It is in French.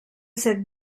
cette